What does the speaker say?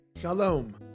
Shalom